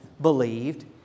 believed